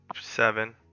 seven